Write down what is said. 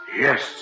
Yes